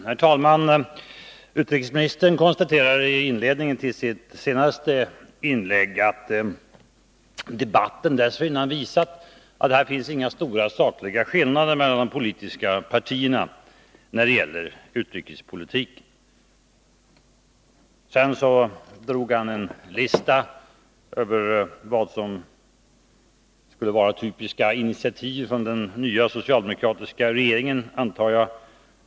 Herr talman! Utrikesministern konstaterade i inledningen till sitt senaste inlägg att debatten dessförinnan visat att det inte föreligger några stora sakliga skillnader mellan de politiska partierna när det gäller utrikespolitiken. Han föredrog en lista över vad som skulle vara typiska initiativ från den nya socialdemokratiska regeringen.